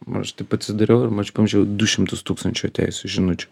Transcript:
nu aš taip atsidariau ir pamačiau du šimtus tūkstančių atėjusių žinučių